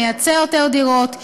נייצר יותר דירות,